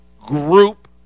group